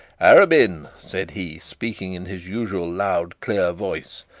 arabin, said he, speaking in his usual loud clear voice,